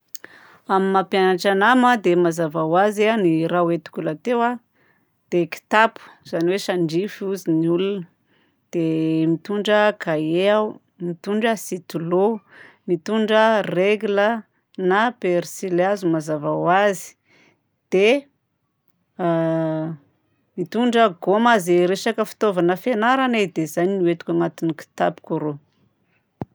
Amin'ny maha mpianatra anahy moa dia, mazava ho azy, ny raha hoentiko lahateo dia kitapo. Zany hoe sandrify hozy ny ologna. Dia mitondra kahie aho, mitondra sitlô, mitondra règle, na persilihazo, mazava ho azy. Dia mitondra gôma, ze resaka fitaovagna fianarana e. Dia zaigny no entiko agnatin'ny kitapoko rô.